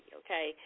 okay